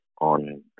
on